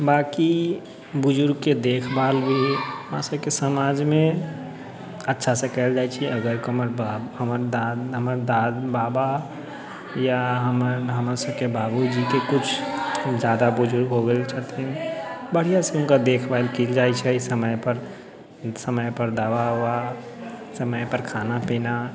बाकी बुजुर्गके देखभाल भी अपना सबके समाजमे अच्छासँ कएल जाइ छै अगर हमर दादा हमर बाबा या हमर सबके बाबूजीके किछु ज्यादा बुजुर्ग हो गेल छथिन बढ़िआँसँ हुनकर देखभाल कएल जाइ छै समयपर समयपर दवा उवा समयपर खाना पीना